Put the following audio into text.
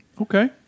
Okay